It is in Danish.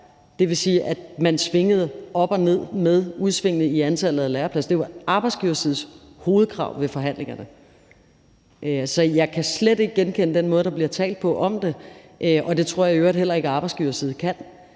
det vil sige, at man svingede op og ned med udsvingene i antallet af lærepladser. Det var arbejdsgiversidens hovedkrav ved forhandlingerne. Altså, jeg kan slet ikke genkende den måde, der bliver talt på om det, og det tror jeg i øvrigt heller ikke at arbejdsgiverside kan,